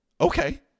okay